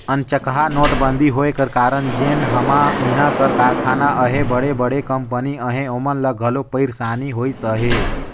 अनचकहा नोटबंदी होए का कारन जेन हमा इहां कर कारखाना अहें बड़े बड़े कंपनी अहें ओमन ल घलो पइरसानी होइस अहे